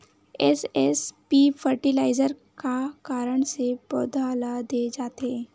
SSP fertiliser का कारण से पौधा ल दे जाथे?